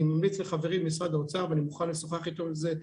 אני ממליץ לחברי ממשרד האוצר ואני מוכן לשוחח אתו על זה,